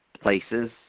places